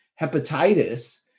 hepatitis